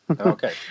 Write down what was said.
Okay